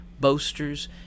boasters